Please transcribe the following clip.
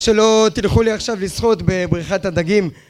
שלא תלכו לי עכשיו לשחות בבריכת הדגים